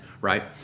right